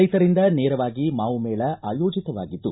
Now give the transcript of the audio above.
ರೈತರಿಂದ ನೇರವಾಗಿ ಮಾವು ಮೇಳ ಆಯೋಜಿತವಾಗಿದ್ದು